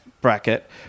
bracket